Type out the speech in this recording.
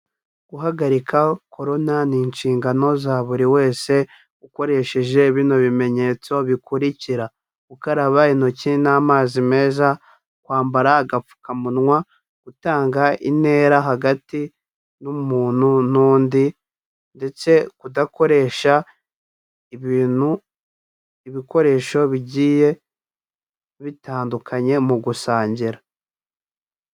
Guhagarika Corona ni inshingano za buri wese, ukoresheje bino bimenyetso bikurikira, gukaraba intoki n'amazi meza, kwambara agapfukamunwa, gutanga intera hagati n'umuntu n'undi, ndetse kudakoresha ibintu, ibikoresho bigiye bitandukanye mu gusangira.